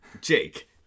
jake